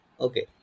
Okay